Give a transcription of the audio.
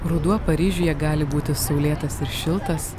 ruduo paryžiuje gali būti saulėtas ir šiltas